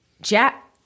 Jack